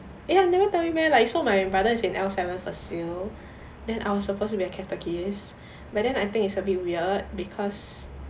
eh I never tell you meh like so my brother is in L seven facil then I was supposed to be a catechist but then I think it's a bit weird because